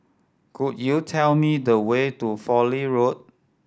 could you tell me the way to Fowlie Road